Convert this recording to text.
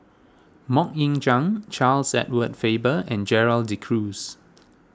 Mok Ying Jang Charles Edward Faber and Gerald De Cruz